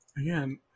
again